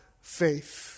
faith